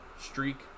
streak